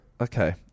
okay